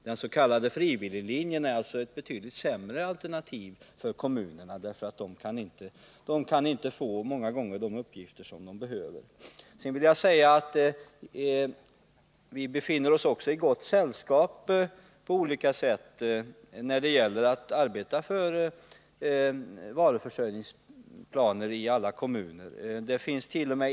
Den s.k. frivilliglinjen är alltså ett betydligt sämre alternativ för kommunerna, eftersom de då många gånger inte kan få in de uppgifter de behöver. Sedan vill jag säga att vi befinner oss i gott sällskap i arbetet för varuförsörjningsplaner i alla kommuner.